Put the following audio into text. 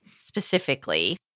specifically